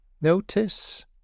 Notice